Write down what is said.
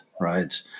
right